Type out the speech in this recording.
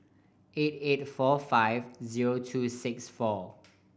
eight eight four five zero two six four